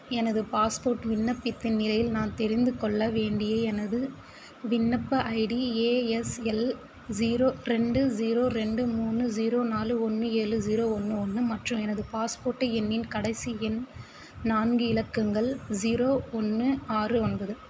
எனது பாஸ்போர்ட் விண்ணப்பத்தின் நிலையில் நான் தெரிந்துக்கொள்ள வேண்டிய எனது விண்ணப்ப ஐடி ஏஎஸ்எல் ஜீரோ ரெண்டு ஜீரோ ரெண்டு மூணு ஜீரோ நாலு ஒன்று ஏழு ஜீரோ ஒன்று ஒன்று மற்றும் எனது பாஸ்போர்ட் எண்ணின் கடைசி எண் நான்கு இலக்கங்கள் ஜீரோ ஒன்று ஆறு ஒன்பது